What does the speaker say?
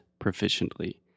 proficiently